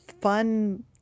fun